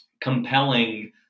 compelling